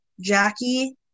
Jackie